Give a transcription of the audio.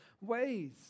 ways